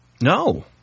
No